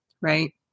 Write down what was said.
right